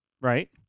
Right